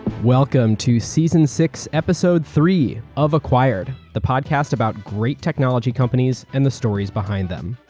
welcome to season six, episode three of acquired, the podcast about great technology companies and the stories behind them.